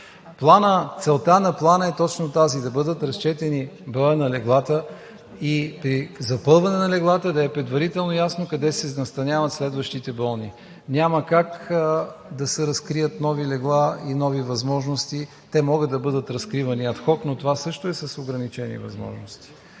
Целта на Плана е точно тази – да бъдат разчетени броя на лиглата, и при запълване на леглата да е предварително ясно къде се настаняват следващите болни. Няма как да се разкрият нови легла и нови възможности. Те могат да бъдат разкривани ад хок, но това също е с ограничени възможности.